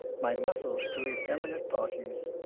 my muscles to effeminate parties,